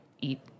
eat